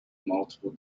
multiple